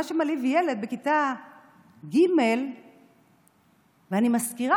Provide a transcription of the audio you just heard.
מה שמלהיב ילד בכיתה ג' ואני מזכירה